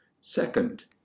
Second